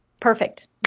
Perfect